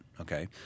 okay